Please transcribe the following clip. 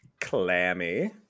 Clammy